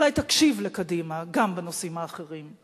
אולי תקשיב לקדימה גם בנושאים האחרים.